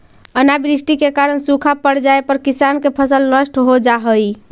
अनावृष्टि के कारण सूखा पड़ जाए पर किसान के फसल नष्ट हो जा हइ